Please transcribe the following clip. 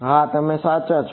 હા તમે સાચા છો